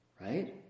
right